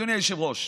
אדוני היושב-ראש,